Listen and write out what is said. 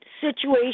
situation